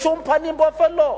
בשום פנים ואופן לא.